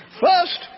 First